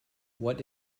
what